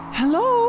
hello